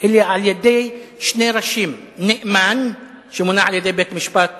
אלא על-ידי שני ראשים: נאמן שמונה על-ידי בית-משפט